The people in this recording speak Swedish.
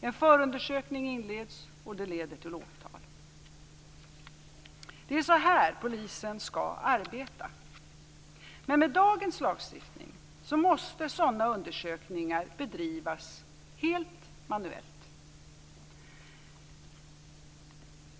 En förundersökning inleds, och det leder till åtal. Det är så här polisen skall arbeta, men med dagens lagstiftning måste sådana undersökningar bedrivas helt manuellt.